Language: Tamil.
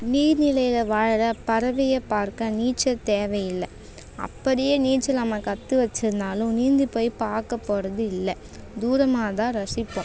நீர் நிலையில வாழுற பறவையை பார்க்க நீச்சல் தேவை இல்லை அப்படியே நீச்சல் நம்ம கற்று வச்சுருந்தாலும் நீந்திப் போய் பார்க்கப் போகறது இல்லை தூரமாக தான் ரசிப்போம்